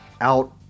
out